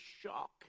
shock